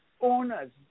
owners